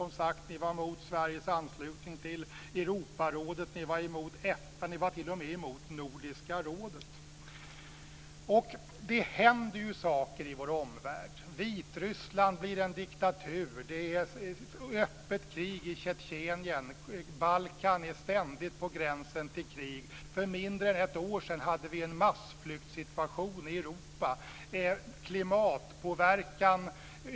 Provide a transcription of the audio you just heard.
Ni var emot Sveriges anslutning till Europarådet. Ni var emot Efta och t.o.m. emot Nordiska rådet. Det händer i saker i vår omvärld. Vitryssland blir en diktatur. Det är öppet krig i Tjetjenien. Balkan är ständigt på gränsen till krig. För mindre än ett år sedan hade vi en massflyktsituation i Europa.